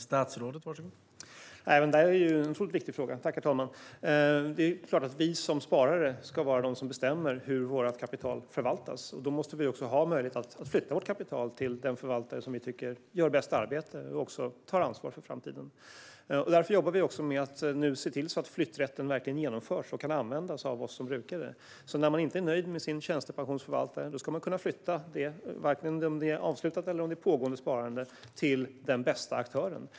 Herr talman! Det är också en viktig fråga. Det är klart att vi som sparare ska bestämma hur vårt kapital förvaltas, och då måste vi ha möjlighet att flytta vårt kapital till den förvaltare som vi tycker gör bäst arbete och tar ansvar för framtiden. Därför jobbar vi med att se till att flytträtten genomförs och kan användas av oss som brukare. När man inte är nöjd med sin tjänstepensionsförvaltare ska man kunna flytta sparandet, avslutat eller pågående, till den bästa aktören.